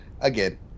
Again